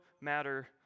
matter